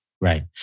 Right